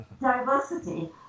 Diversity